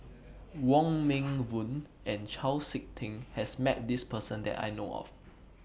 Wong Meng Voon and Chau Sik Ting has Met This Person that I know of